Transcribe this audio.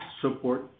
support